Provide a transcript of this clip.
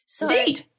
Indeed